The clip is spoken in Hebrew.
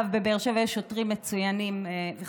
אגב, בבאר שבע יש שוטרים מצוינים וחרוצים.